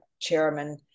chairman